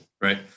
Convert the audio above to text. right